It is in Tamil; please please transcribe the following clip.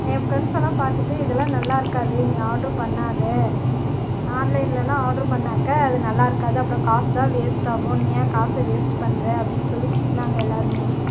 என் ஃப்ரெண்ட்ஸ் எல்லாம் பார்த்துட்டு இதெல்லாம் நல்லாயிருக்காது நீ ஆட்ரு பண்ணாதே ஆன்லைன்லெலாம் ஆட்ரு பண்ணிணாக்க அது நல்லாயிருக்காது அப்புறோம் காசு தான் வேஸ்ட் ஆகும் நீ ஏன் காசை வேஸ்ட்டு பண்ணுற அப்படீன்னு சொல்லி திட்டினாங்க எல்லோருமே